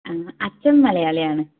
ആ അച്ഛൻ മലയാളിയാണ്